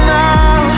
now